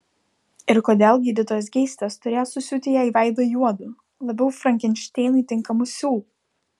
ir kodėl gydytojas geistas turėjo susiūti jai veidą juodu labiau frankenšteinui tinkamu siūlu